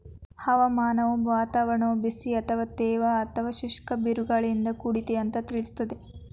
ಹವಾಮಾನವು ವಾತಾವರಣವು ಬಿಸಿ ಅಥವಾ ತೇವ ಅಥವಾ ಶುಷ್ಕ ಬಿರುಗಾಳಿಯಿಂದ ಕೂಡಿದೆ ಅಂತ ತಿಳಿಸ್ತದೆ